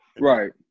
Right